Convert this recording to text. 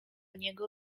niego